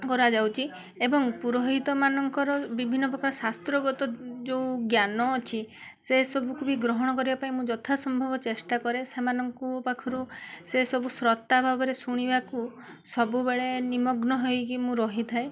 କରାଯାଉଛି ଏବଂ ପୁରୋହିତ ମାନଙ୍କର ବିଭିନ୍ନପ୍ରକାର ଶାସ୍ତ୍ରଗତ ଯେଉଁ ଜ୍ଞାନ ଅଛି ସେସବୁ ବି ଗ୍ରହଣ କରିବା ପାଇଁ ମୁଁ ଯଥା ସମ୍ଭବ ଚେଷ୍ଟା କରେ ସେମାନଙ୍କୁ ପାଖରୁ ସେସବୁ ଶ୍ରୋତା ଭାବରେ ଶୁଣିବାକୁ ସବୁବେଳେ ନିମଗ୍ନ ହୋଇକି ମୁଁ ରହିଥାଏ